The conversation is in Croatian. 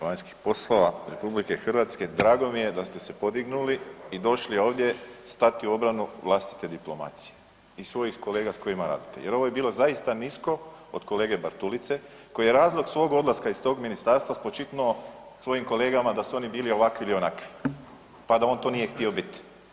Uvaženi ministre vanjskih poslova RH drago mi je da ste se podignuli i došli ovdje stati u obranu vlastite diplomacije i svojih kolega s kojima radite jer ovo je bilo zaista nisko od kolege Bartulice koji je razlog svog odlaska iz tog ministarstva spočitnuo svojim kolegama da su oni bili ovakvi ili onakvi, pa da on to nije htio biti.